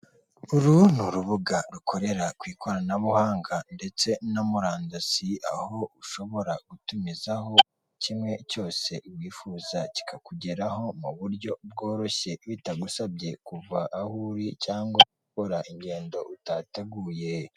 Uru n'urubuga rukorera ku ikoranabuhanga ndetse no murandasi aho ushobora gutumizaho kimwe cyose wifuza kikakugeraho mu buryo bworoshye bitagusabye kuva aho uri cyangwa gukora ingendo utateguye.